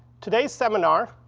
today's seminar,